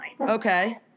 Okay